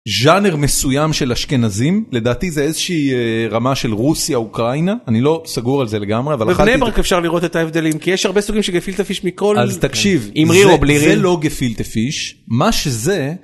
ז'אנר מסוים של אשכנזים לדעתי זה איזה שהיא רמה של רוסיה אוקראינה אני לא סגור על זה לגמרי אבל... בבני ברק אפשר לראות את ההבדלים כי יש הרבה סוגים של גפילטע פיש מכל... עם ריר או בלי ריר. אז תקשיב זה לא גפילטע פיש מה שזה.